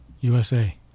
USA